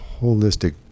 holistic